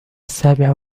السابعة